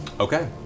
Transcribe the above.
Okay